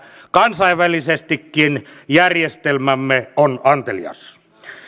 kansainvälisestikin järjestelmämme on antelias